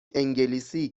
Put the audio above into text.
انگلیسی